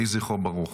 יהי זכרו ברוך.